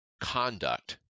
conduct